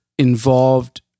Involved